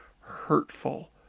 hurtful